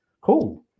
Cool